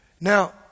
Now